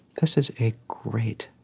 this is a great,